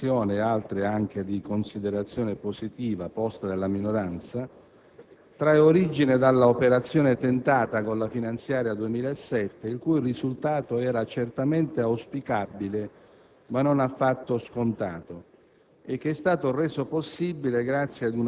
alcune delle quali degne di attenzione e di considerazione positiva, trae origine dall'operazione tentata con la finanziaria 2007, il cui risultato era certamente auspicabile, ma non affatto scontato.